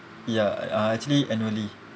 ya uh actually annually